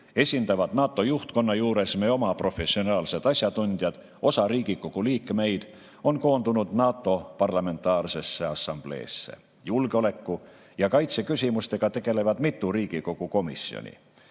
esindavad NATO juhtkonna juures meie oma professionaalsed asjatundjad. Osa Riigikogu liikmeid on koondunud NATO Parlamentaarsesse Assambleesse. Julgeoleku‑ ja kaitseküsimustega tegelevad mitu Riigikogu komisjoni.